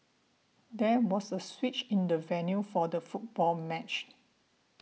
there was a switch in the venue for the football match